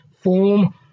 form